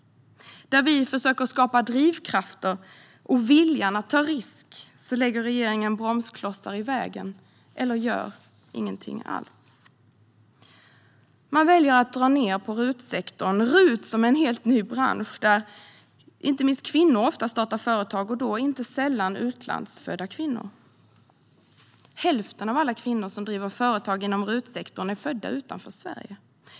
Där vi försöker skapa drivkrafter och vilja att ta risker lägger regeringen bromsklossar i vägen - eller gör ingenting alls. Man väljer att dra ned på RUT-sektorn. RUT är en helt ny bransch där inte minst kvinnor ofta startar företag, och då inte sällan utlandsfödda kvinnor. Hälften av alla kvinnor som driver företag inom RUT-sektorn är födda utanför Sverige.